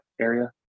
area